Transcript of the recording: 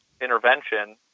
intervention